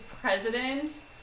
president